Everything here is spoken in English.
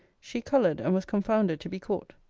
she coloured, and was confounded to be caught.